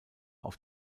auf